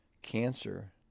cancer